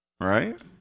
right